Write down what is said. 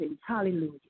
Hallelujah